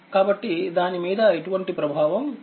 కాబట్టిదాని మీద ఎటువంటి ప్రభావం ఉండదు